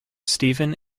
stephen